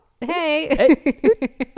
hey